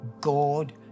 God